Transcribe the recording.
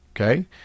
Okay